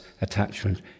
attachment